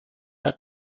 del